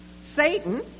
Satan